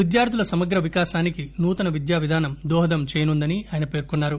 విద్యార్ధుల సమగ్ర వికాసానికి నూతన విద్యా విధానం దోహదం చేయనుందని ఆయన పేర్కొన్నారు